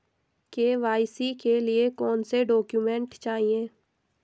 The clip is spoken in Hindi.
के.वाई.सी के लिए कौनसे डॉक्यूमेंट चाहिये?